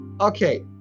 okay